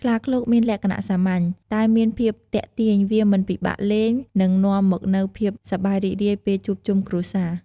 ខ្លាឃ្លោកមានលក្ខណៈសាមញ្ញ តែមានភាពទាក់ទាញវាមិនពិបាកលេង និងនាំមកនូវភាពសប្បាយរីករាយពេលជួបជំុគ្រួសារ។